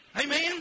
Amen